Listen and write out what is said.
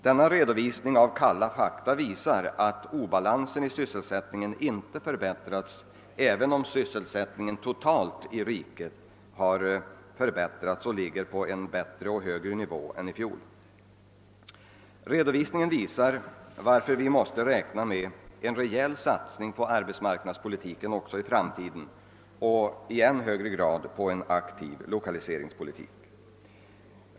Denna redovisning av kalla fakta visar att obalansen i sysselsättningen inte förbättrats, även om sysselsättningen totalt i riket har förbättrats och ligger på en högre nivå än i fjol. Av redovisningen framgår varför vi måste räkna med en rejäl satsning på arbetsmarknadspolitiken också i framtiden och i än högre grad på en aktiv lokaliseringspolitik.